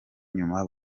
nyuma